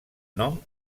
nom